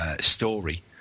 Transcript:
story